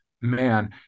Man